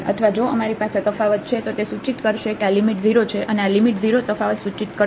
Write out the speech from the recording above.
અથવા જો અમારી પાસે તફાવત છે તો તે સૂચિત કરશે કે આ લિમિટ 0 છે અને આ લિમિટ 0 તફાવત સૂચિત કરશે